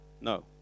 No